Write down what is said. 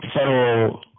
federal